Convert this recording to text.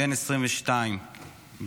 בן 22 בנופלו.